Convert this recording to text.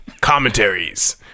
commentaries